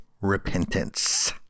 repentance